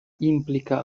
implica